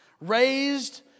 Raised